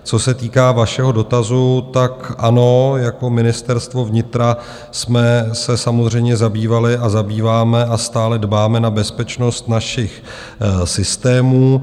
Co se týká vašeho dotazu, ano, jako Ministerstvo vnitra jsme se samozřejmě zabývali a zabýváme a stále dbáme na bezpečnost našich systémů.